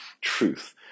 truth